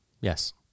yes